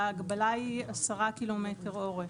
ההגבלה היא עשרה ק"מ אורך.